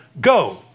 go